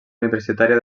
universitària